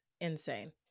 insane